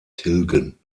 tilgen